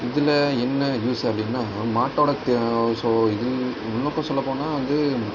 இதில் என்ன யூஸ் அப்படின்னா மாட்டோடய தோ ஸோ உள்ளத சொல்லப்போனா வந்து